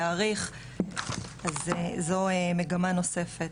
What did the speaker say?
להעריך אז זו מגמה נוספת.